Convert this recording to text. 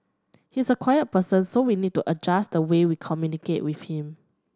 he's a quiet person so we need to adjust the way we communicate with him